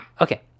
okay